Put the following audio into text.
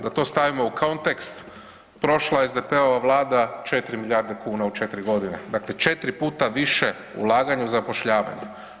Da to stavimo u kontekst, prošla SDP-ova vlada 4 milijarde kuna u 4.g., dakle 4 puta više ulaganja u zapošljavanje.